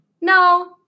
No